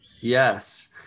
Yes